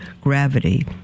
gravity